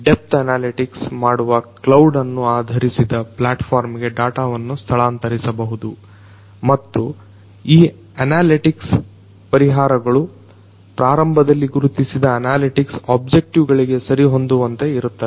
depth analytics ಮಾಡುವ cloud ಅನ್ನು ಆಧರಿಸಿದ ಪ್ಲಾಟ್ ಫಾರ್ಮಿಗೆ ಡಾಟಾವನ್ನು ಸ್ಥಳಾಂತರಿಸಬಹುದು ಮತ್ತು ಈ ಅನಾಲಿಟಿಕ್ಸ್ ಪರಿಹಾರಗಳು ಪ್ರಾರಂಭದಲ್ಲಿ ಗುರುತಿಸಿದ ಅನಾಲಿಟಿಕ್ಸ್ ಒಬ್ಜೆಕ್ಟಿವ್ ಗಳಿಗೆ ಸರಿಹೊಂದುವಂತೆ ಇರುತ್ತವೆ